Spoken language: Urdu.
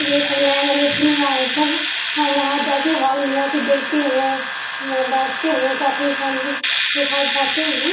یہ سب نیا نیا جو فلم آیا ہے سب ہم وہاں جا کے ہال میں جا کے دیکھتے ہیں وہاں بیٹھتے ہیں تو اپنی فیملی کے ساتھ جاتے ہیں